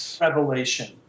revelation